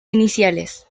iniciales